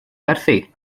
werthu